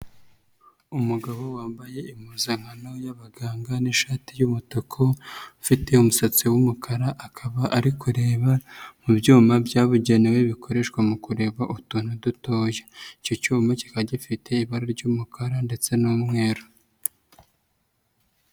Umugabo wambaye impuzankano y'abaganga n'ishati y'umutuku ufite umusatsi w'umukara, akaba ari kureba mu byuma byabugenewe bikoreshwa mu kureba utuntu dutoya. Icyo cyuma kikaba gifite ibara ry'umukara ndetse n'umweru.